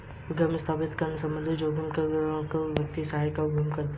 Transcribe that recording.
उद्यम स्थापित करने संबंधित जोखिम का ग्रहण करने वाले व्यक्ति के साहस को उद्यमिता कहते हैं